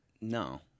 No